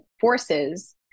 forces